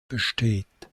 besteht